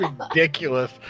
ridiculous